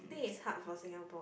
I think is hard for Singapore